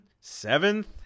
Seventh